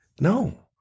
no